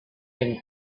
been